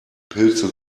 pilze